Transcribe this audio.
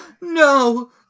no